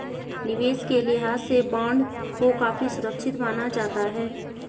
निवेश के लिहाज से बॉन्ड को काफी सुरक्षित माना जाता है